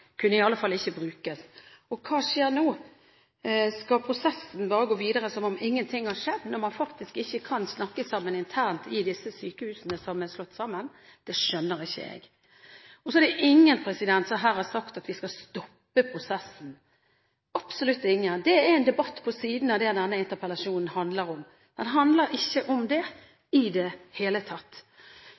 kunne iallfall ikke brukes. Hva skjer nå? Skal prosessen bare gå videre som om ingen ting har skjedd, når man faktisk ikke kan snakke sammen internt i de sykehusene som er slått sammen? Det skjønner ikke jeg. Så er det ingen her som har sagt at vi skal stoppe prosessen – absolutt ingen. Det er en debatt på siden av det denne interpellasjonen handler om. Den handler ikke om det i det hele tatt.